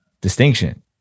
distinction